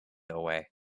away